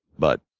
but